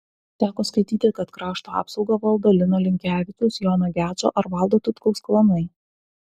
teko skaityti kad krašto apsaugą valdo lino linkevičiaus jono gečo ar valdo tutkaus klanai